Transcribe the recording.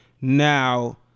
now